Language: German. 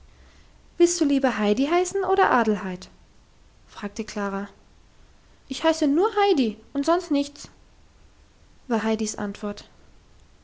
willst du lieber heidi heißen oder adelheid fragte klara ich heiße nur heidi und sonst nichts war heidis antwort